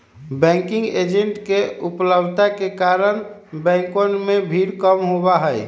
banking agents के उपलब्धता के कारण बैंकवन में भीड़ कम होबा हई